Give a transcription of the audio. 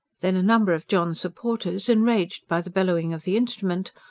then a number of john's supporters, enraged by the bellowing of the instrument,